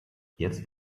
jetzt